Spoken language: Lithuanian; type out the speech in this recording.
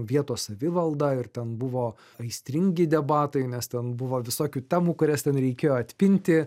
vietos savivaldą ir ten buvo aistringi debatai nes ten buvo visokių temų kurias ten reikėjo atpinti